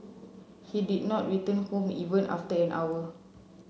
he did not return home even after an hour